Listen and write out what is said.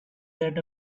that